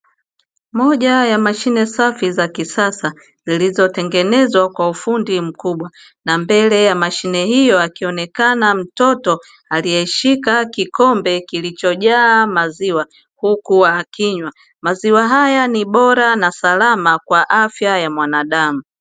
Moja ya mashine safi za kisasa zilizotengenezwa kwa ufundi mkubwa na mbele ya mashine hiyo akionekana mtoto aliyeshika kikombe kilichojaa maziwa huku akinywa, maziwa haya ni bora na salama kwa afya ya mwanadamu.